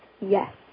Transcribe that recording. yes